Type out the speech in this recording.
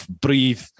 breathe